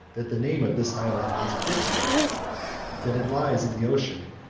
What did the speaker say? that the name of this island is brittia that it lies in the ocean,